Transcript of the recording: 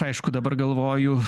aišku dabar galvoju